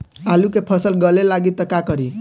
आलू के फ़सल गले लागी त का करी?